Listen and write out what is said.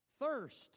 Thirst